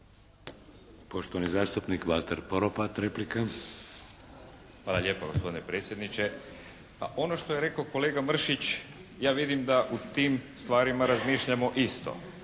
Poštovani zastupnik Valter Poropat, replika. **Poropat, Valter (IDS)** Hvala lijepo gospodine predsjedniče. Ono što je rekao kolega Mršić, ja velim da o tim stvarima razmišljamo isto,